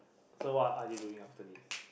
so what are you doing after this